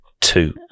two